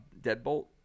Deadbolt